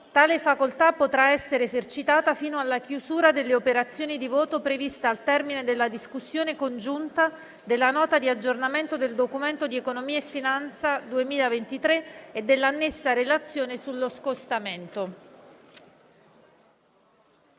Tale facoltà potrà essere esercitata fino alla chiusura delle operazioni di voto, prevista al termine della discussione congiunta della Nota di aggiornamento del Documento di economia e finanza 2023 e della annessa relazione sullo scostamento.